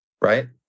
right